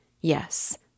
Yes